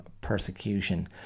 persecution